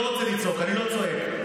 לא רוצה לצעוק, אני לא צועק.